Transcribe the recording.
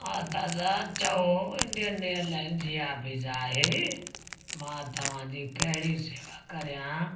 हा दादा चओ इंडियन एयरलाइंस जी ऑफ़िस आहे मां तव्हांजी कहिड़ी सेवा करियां